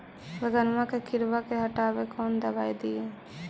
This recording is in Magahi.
बैगनमा के किड़बा के हटाबे कौन दवाई दीए?